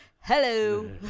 Hello